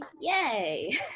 yay